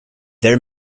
their